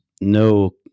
no